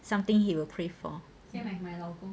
something he will crave for